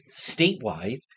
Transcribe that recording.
statewide